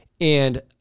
And-